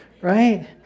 Right